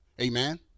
Amen